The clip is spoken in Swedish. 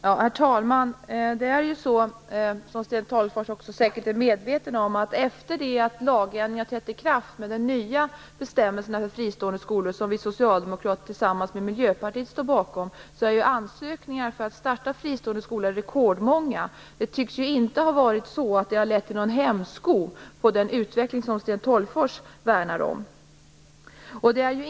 Herr talman! Sten Tolgfors är säkert medveten om att efter det att lagändringen hade trätt i kraft med den nya bestämmelsen om fristående skolor - som vi socialdemokrater tillsammans med Miljöpartiet står bakom - blev antalet ansökningar om att starta friskolor rekordmånga. Men det tycks inte ha lett till någon hämsko på den utveckling som Sten Tolgfors värnar om.